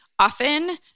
Often